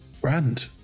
Brand